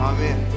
Amen